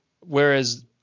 whereas